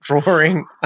drawing